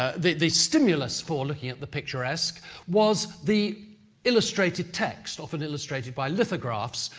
ah the the stimulus for looking at the picturesque was the illustrated text, often illustrated by lithographs,